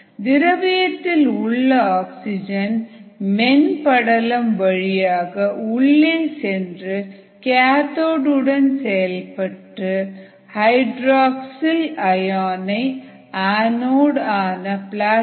திரவியத்தில் உள்ள ஆக்சிஜன் மென் படலம் வழியாக உள்ளே சென்று கேத்தோடு உடன் செயல்பட்டு ஹைட்ராக்ஸில் அயான் ஐ ஆநோடு ஆன பிளாட்டினத்தின் இருப்பில் வெளியேற்றும்